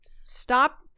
Stop